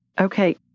Okay